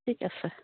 ঠিক আছে